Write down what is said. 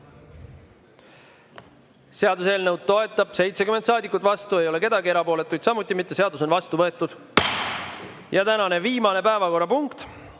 Seaduseelnõu toetab 70 saadikut, vastu ei ole kedagi, erapooletuid samuti mitte. Seadus on vastu võetud. Ja tänane viimane päevakorrapunkt,